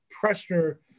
pressure